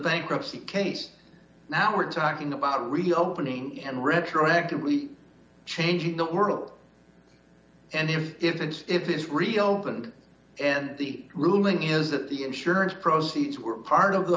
bankruptcy case now we're talking about reopening and retroactively changing the world and even if it's if it's real and the ruling is that the insurance proceeds were part of the